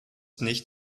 nicht